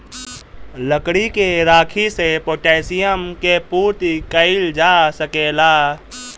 लकड़ी के राखी से पोटैशियम के पूर्ति कइल जा सकेला